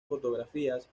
fotografías